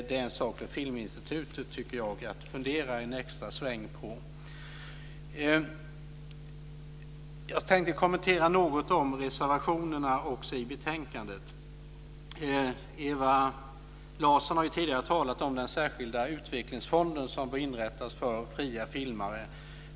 Det är en sak för Filminstitutet att fundera en extra sväng på, tycker jag. Jag vill också säga något om reservationerna i betänkandet. Ewa Larsson har tidigare talat om att en särskild utvecklingsfond bör inrättas för fria filmare.